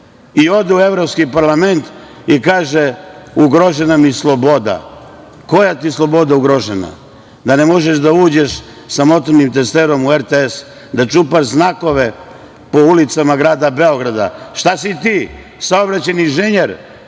I ode u Evropski parlament i kaže – ugrožena mi sloboda. Koja ti sloboda ugrožena? Da ne možeš da uđeš sa motornim testerama u RTS, da čupaš znakove po ulicama grada Beograda, šta si ti? Saobraćajni inženjer?